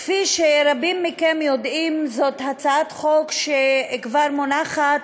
כפי שרבים מכם יודעים, זאת הצעת חוק שכבר מונחת